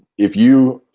if you.